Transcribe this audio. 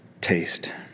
taste